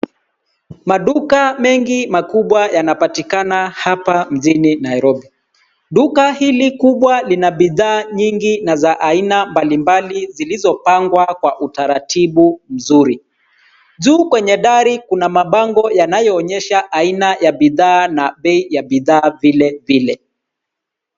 Maduka mengi makubwa yanapatikana hapa mjini Nairobi. Duka hili kubwa lina bidhaa nyingi na za aina mbalimbali zilizopangwa kwa utaratibu mzuri . Juu kwenye dari kuna mabango yanayoonyesha aina ya bidhaa na bei ya bidhaa vile vile.